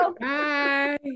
Bye